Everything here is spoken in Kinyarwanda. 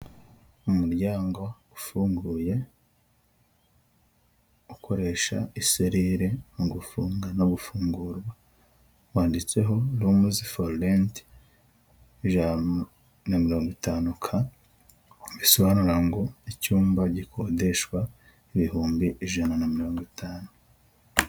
Umuryango ufunguye ukoresha iserire mu gufunga no gufungurwa, wanditseho "rumuzi foru renti ijana na mirongo itanu" bisobanura ngo icyumba gikodeshwa ibihumbi ijana na mirongo itanu.